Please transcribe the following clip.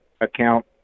account